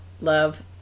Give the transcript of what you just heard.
love